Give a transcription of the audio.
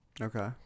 Okay